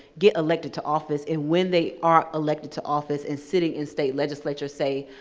get elected to office, and when they are elected to office and sitting in state legislatures, say,